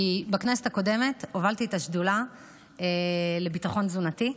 בכנסת הקודמת הובלתי את השדולה לביטחון תזונתי.